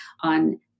on